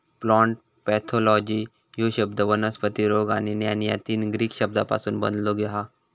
plant pathology ह्यो शब्द वनस्पती रोग आणि ज्ञान या तीन ग्रीक शब्दांपासून बनलो हा